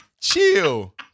Chill